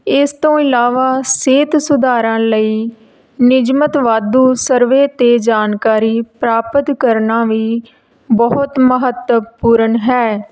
ਇਸ ਤੋਂ ਇਲਾਵਾ ਸਿਹਤ ਸੁਧਾਰਾਂ ਲਈ ਨਿਯਮਤ ਵਾਧੂ ਸਰਵੇ 'ਤੇ ਜਾਣਕਾਰੀ ਪ੍ਰਾਪਤ ਕਰਨਾ ਵੀ ਬਹੁਤ ਮਹੱਤਵਪੂਰਨ ਹੈ